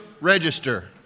register